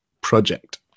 project